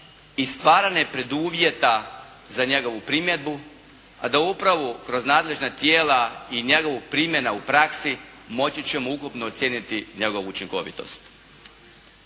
i stvaranje preduvjeta za njegovu primjedbu, a da upravo kroz nadležna tijela i njegovu primjenu u praksi moći ćemo ukupno ocijeniti njegovu učinkovitost.